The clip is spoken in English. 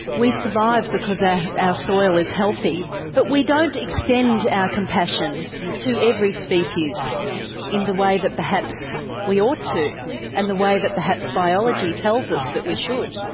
we survive because ah our soil is healthy, but we don't extend our compassion to every species in the way that perhaps we ought to and the way that perhaps biology tells us that we should.